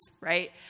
right